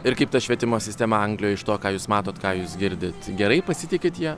ir kaip ta švietimo sistema anglijoj iš to ką jūs matot ką jūs girdit gerai pasitikit ja